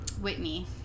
Whitney